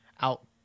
out